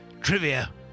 trivia